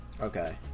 Okay